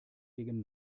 gegen